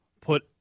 put